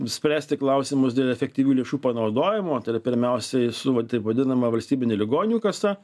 spręsti klausimus dėl efektyvių lėšų panaudojimo tai yra pirmiausiai su taip vadinama valstybine ligonių kasa